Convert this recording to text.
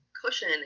cushion